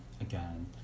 Again